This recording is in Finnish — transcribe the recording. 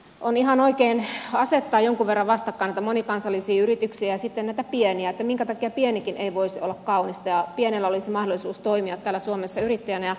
on ihan oikein asettaa jonkun verran vastakkain näitä monikansallisia yrityksiä ja sitten näitä pieniä että minkä takia pienikin ei voisi olla kaunista ja pienellä olisi mahdollisuus toimia täällä suomessa yrittäjänä